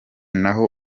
naho